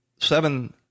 seven